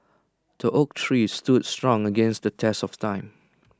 the oak tree stood strong against the test of time